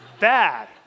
Bad